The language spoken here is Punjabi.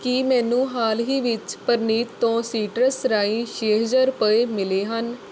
ਕੀ ਮੈਨੂੰ ਹਾਲ ਹੀ ਵਿੱਚ ਪ੍ਰਨੀਤ ਤੋਂ ਸੀਟਰਸ ਰਾਹੀਂ ਛੇ ਹਜ਼ਾਰ ਰੁਪਏ ਮਿਲੇ ਹਨ